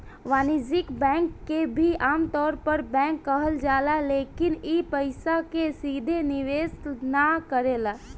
वाणिज्यिक बैंक के भी आमतौर पर बैंक कहल जाला लेकिन इ पइसा के सीधे निवेश ना करेला